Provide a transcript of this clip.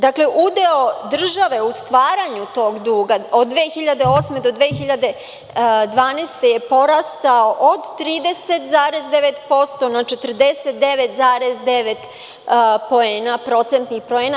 Dakle, udeo države u stvaranju tog duga od 2008. godine do 2012. godine je porastao od 30,9% na 49,9 procentnih poena.